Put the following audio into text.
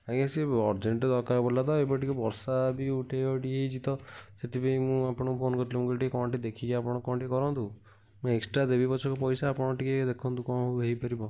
ଆଜ୍ଞା ସିଏ ଅର୍ଜେଣ୍ଟ୍ ଦରକାର ପଡ଼ିଲା ତ ଏବେ ଟିକେ ବର୍ଷା ବି ହେଇଛି ତ ସେଥିପାଇଁ ମୁଁ ଆପଣଙ୍କୁ ଫୋନ୍ କରିଥିଲି ମୁଁ କହିଲି ଟିକେ କ'ଣ ଟିକେ ଦେଖିକି ଆପଣ କ'ଣ ଟିକେ କରନ୍ତୁ ମୁଁ ଏକ୍ସଟ୍ରା ଦେବି ପଛେକ ପଇସା ଆପଣ ଟିକେ ଦେଖନ୍ତୁ କ'ଣ ହେଇପାରିବ